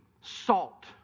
salt